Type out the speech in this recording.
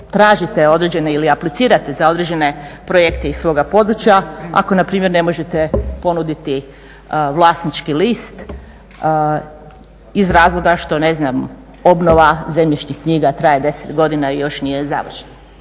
tražite određene ili aplicirate za određene projekte iz svoga područja ako npr. ne možete ponuditi vlasnički list iz razloga što obnova zemljišnih knjiga traje 10 godina i još nije završen.